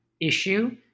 issue